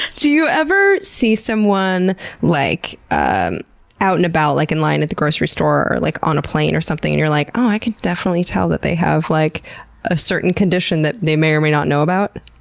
do you ever see someone like and out and about like, in line at the grocery store or or like on a plane or something, and you're like, oh, i could definitely tell that they have like a certain condition that they may or may not know about?